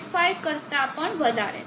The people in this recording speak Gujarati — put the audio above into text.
5 કરતા પણ વધારે છે